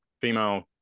female